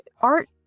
art